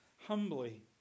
humbly